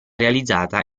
realizzata